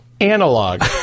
analog